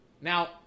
Now